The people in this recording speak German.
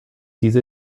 diese